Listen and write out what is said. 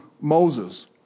Moses